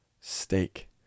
steak